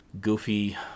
goofy